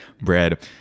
bread